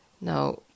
Now